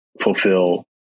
fulfill